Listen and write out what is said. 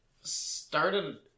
started